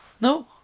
No